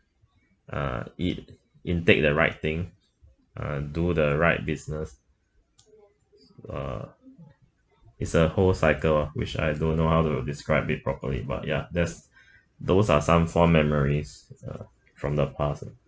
uh eat intake the right thing uh do the right business uh it's a whole cycle which I don't know how to describe it properly but ya that's those are some fond memories uh from the past lah